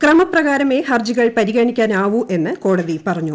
ക്രമപ്രകാരമേ ഹർജികൾ പരിഗണിക്കാനാവൂ എന്ന് കോടതി പറഞ്ഞു